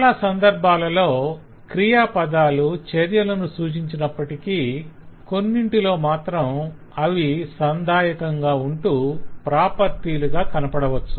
చాలా సందర్భాలలో క్రియాపదాలు చర్యలను సూచించినప్పటికీ కొన్నింటిలో మాత్రం అవి సంధాయకంగా ఉంటూ ప్రాపర్టీలుగా కనపడవచ్చు